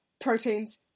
proteins